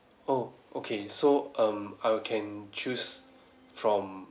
oh okay so um I can choose from